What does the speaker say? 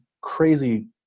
crazy